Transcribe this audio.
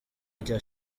rya